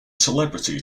celebrity